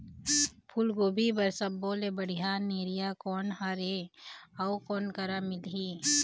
फूलगोभी बर सब्बो ले बढ़िया निरैया कोन हर ये अउ कोन करा मिलही?